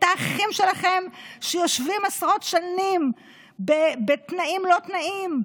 שיושבים עשרות שנים בתנאים-לא-תנאים,